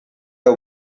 hau